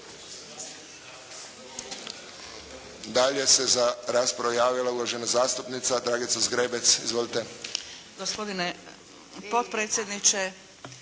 Dalje se za raspravu javila uvažena zastupnica Dragica Zgrebec. Izvolite. **Zgrebec, Dragica